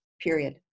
period